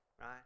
right